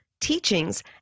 teachings